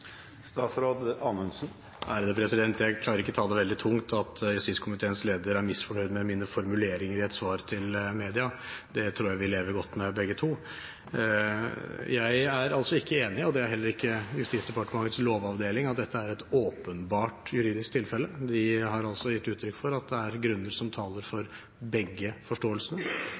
Jeg klarer ikke å ta det veldig tungt at justiskomiteens leder er misfornøyd med mine formuleringer i et svar til media. Det tror jeg vi lever godt med begge to. Jeg er altså ikke enig i – og det er heller ikke Justisdepartementets lovavdeling – at dette er et åpenbart juridisk tilfelle. De har altså gitt uttrykk for at det er grunner som taler for